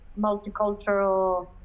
multicultural